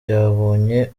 byabonye